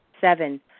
Seven